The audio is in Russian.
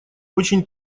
очень